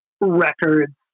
records